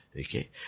Okay